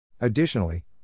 Additionally